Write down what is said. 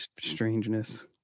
strangeness